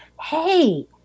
hey